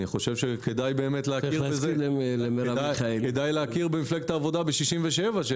אני חושב שכדאי להכיר במפלגת העבודה ב-1967.